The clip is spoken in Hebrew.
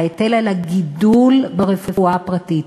ההיטל על הגידול ברפואה הפרטית.